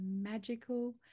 magical